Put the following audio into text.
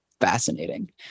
fascinating